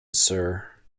sir